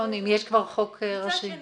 מצד שני,